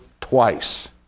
twice